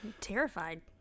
Terrified